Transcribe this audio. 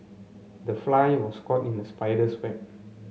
the fly was caught in the spider's web